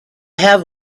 have